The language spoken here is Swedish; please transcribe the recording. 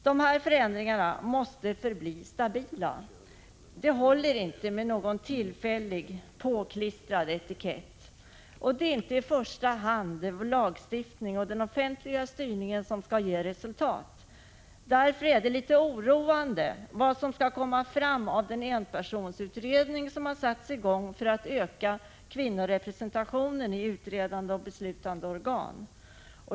Dessa förändringar måste förbli stabila. Det håller inte med någon tillfälligt påklistrad etikett. Det är inte i första hand lagstiftning och den offentliga styrningen som skall ge resultat. Därför är jag litet oroad inför vad som skall komma fram av den enpersonsutredning som satts i gång för att öka kvinnorepresentationen i utredande och beslutande organ.